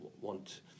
want